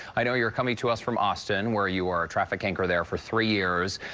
i know you are coming to us from austin where you are a traffic anchor there for three years.